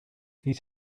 things